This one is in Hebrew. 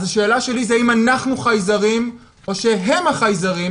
אז השאלה היא האם אנחנו החייזרים או שהם החייזרים,